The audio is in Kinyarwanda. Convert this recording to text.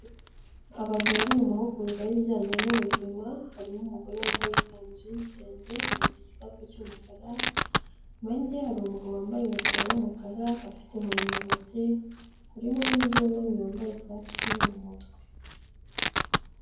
Abantu bari mu mahugurwa y'ibijyanye n'ubuzima, harimo umugore wambaye ikanzu yi'igitenge, ahetse igikapu cy'umukara, impande ye hari umugabo wambaye ingofero y'umukara afite inkoni mu ntoki, harimo n'undi wunamye wambaye kasike mu mutwe.